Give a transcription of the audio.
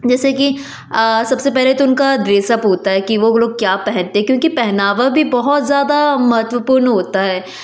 जैसे कि सबसे पहले उनका ड्रेसअप होता है कि वो लोग क्या पहनते हैं क्योंकि पहनावा भी बहुत ज़्यादा महत्वपूर्ण होता है